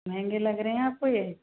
महंगे लग रहे हैं आपको ये